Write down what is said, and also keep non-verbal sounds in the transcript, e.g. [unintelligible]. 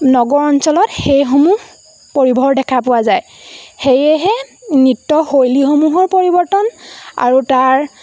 নগৰ অঞ্চলত সেইসমূহ [unintelligible] দেখা পোৱা যায় সেয়েহে নৃত্যশৈলীসমূহৰ পৰিৱৰ্তন আৰু তাৰ